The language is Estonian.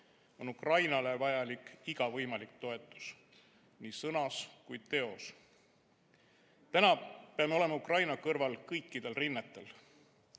on Ukrainale vajalik iga võimalik toetus – nii sõnas kui teos. Täna peame olema Ukraina kõrval kõikidel rinnetel,